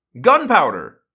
Gunpowder